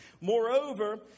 Moreover